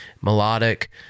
melodic